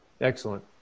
Excellent